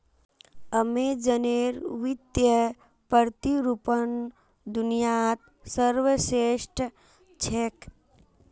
अमेज़नेर वित्तीय प्रतिरूपण दुनियात सर्वश्रेष्ठ छेक